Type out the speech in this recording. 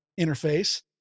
interface